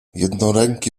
jednoręki